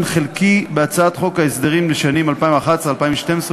חלקי בהצעת חוק ההסדרים לשנים 2011 2012,